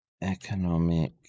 economic